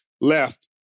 left